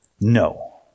no